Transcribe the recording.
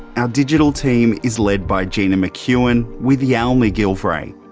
our digital team is led by gina mckeon with yale macgillivray.